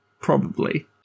Probably